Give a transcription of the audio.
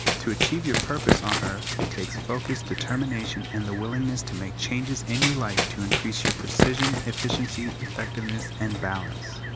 to achieve your purpose on earth, it takes focus, determination and the willingness to make changes in your life to increase your precision, efficiency, effectiveness and balance.